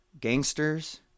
gangsters